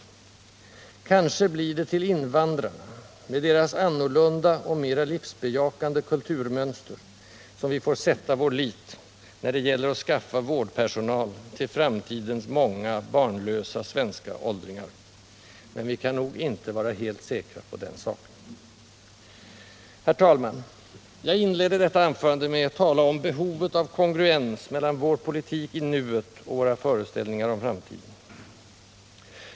Kanske blir det till invandrarna, med deras annorlunda och mera livsbejakande kulturmönster, som vi får sätta vår lit när det gäller att skaffa vårdpersonal till framtidens många barnlösa svenska åldringar. Men vi kan nog inte vara helt säkra på den saken. Herr talman! Jag inledde detta anförande med att tala om behovet av kongruens mellan vår politik i nuet och våra föreställningar om framtiden.